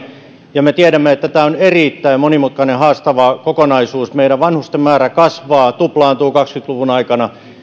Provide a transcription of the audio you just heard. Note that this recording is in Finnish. ja me tiedämme että tämä on erittäin monimutkainen ja haastava kokonaisuus meidän vanhusten määrä kasvaa tuplaantuu kaksikymmentä luvun aikana ja meillä